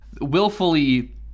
willfully